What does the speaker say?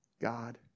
God